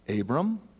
Abram